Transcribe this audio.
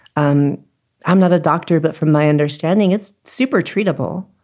um i'm not a doctor, but from my understanding it's super treatable,